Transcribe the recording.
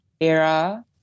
era